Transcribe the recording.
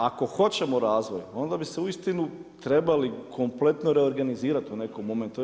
Ako hoćemo razvoj, onda bi se uistinu trebali kompletno reorganizirati u nekom momentu.